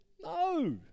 no